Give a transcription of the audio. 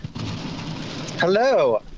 Hello